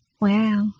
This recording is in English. Wow